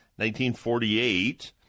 1948